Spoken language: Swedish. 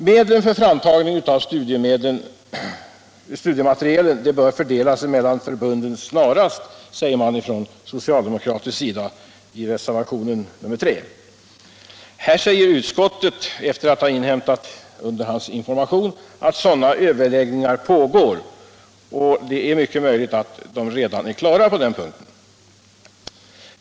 Medlen för framtagning av studiematerial bör fördelas mellan förbunden snarast, säger socialdemokraterna i reservationen 3. Utskottet säger, efter att ha inhämtat underhandsinformation, att sådana överläggningar pågår, och det är mycket möjligt att de redan är klara.